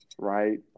Right